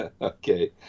Okay